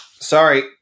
Sorry